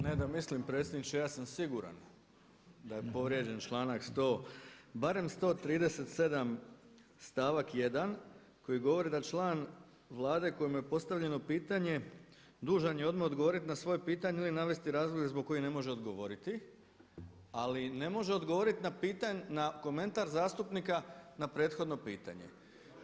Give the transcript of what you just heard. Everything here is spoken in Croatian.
Ne da mislim predsjedniče, ja sam siguran da je povrijeđen članak 100. barem 137. stavak 1. koji govori da član Vlade kojemu je postavljeno pitanje dužan je odmah odgovoriti na svoje pitanje ili navesti razloge zbog kojih ne može odgovoriti ali ne može odgovoriti na komentar zastupnika na prethodno pitanje.